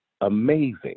amazing